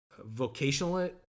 vocational